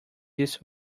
this